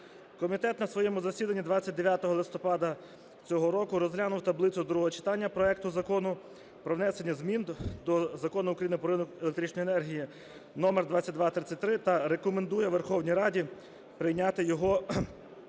Комітет на своєму засіданні 29 листопада цього року розглянув таблицю до другого читання проекту Закону про внесення змін до Закону України "Про ринок електричної енергії" (номер 2233) та рекомендує Верховній Раді прийняти його